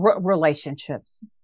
Relationships